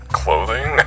clothing